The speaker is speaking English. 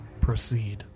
Proceed